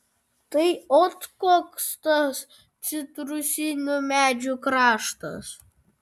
tai ot koks tas citrusinių medžių kraštas